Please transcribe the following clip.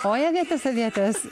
oi avietės avietės